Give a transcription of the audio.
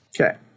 Okay